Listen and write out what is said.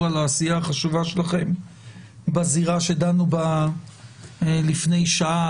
על העשייה החשובה שלכם בזירה שדנו בה לפני שעה,